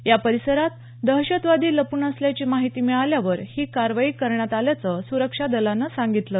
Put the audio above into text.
या परिसरात दहशतवादी लप्न असल्याची माहिती मिळाल्यावर ही कारवाई करण्यात आल्याचं सुरक्षा दलानं सांगितलं